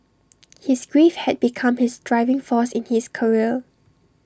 his grief had become his driving force in his career